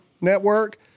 Network